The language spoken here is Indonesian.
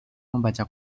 membaca